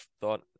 thought